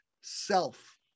self